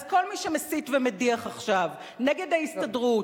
אז כל מי שמסית ומדיח עכשיו נגד ההסתדרות,